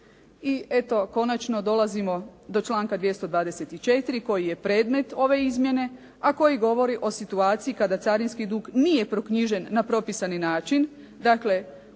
I eto, konačno dolazimo do članka 224. koji je predmet ove izmjene, a koji govori o situaciji kada carinski dug nije proknjižen na propisani način,